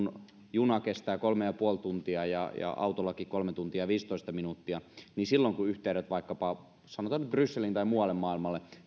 juna kestää kolme ja puoli tuntia ja ja autollakin kolme tuntia viisitoista minuuttia niin silloin kun on kysymys kansainvälisistä yhteyksistä yhteydet vaikkapa sanotaan nyt brysseliin tai muualle maailmalle